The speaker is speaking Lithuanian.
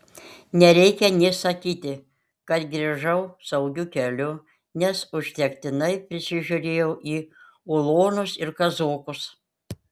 nereikia nė sakyti kad grįžau saugiu keliu nes užtektinai prisižiūrėjau į ulonus ir kazokus